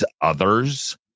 others